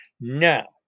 Now